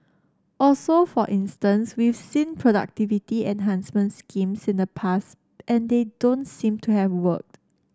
also for instance we've seen productivity enhancement schemes in the past and they don't seem to have worked